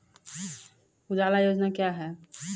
उजाला योजना क्या हैं?